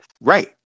Right